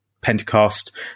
Pentecost